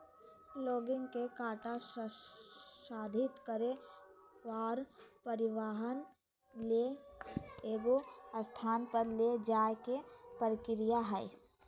logging के काटा संसाधित करे और परिवहन ले एगो स्थान पर ले जाय के प्रक्रिया हइ